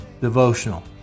devotional